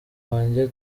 wanjye